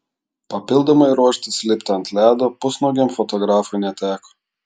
papildomai ruoštis lipti ant ledo pusnuogiam fotografui neteko